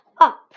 up